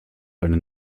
eine